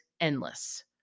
endless